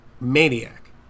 Maniac